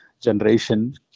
generation